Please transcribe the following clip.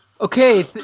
Okay